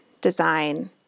design